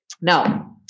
Now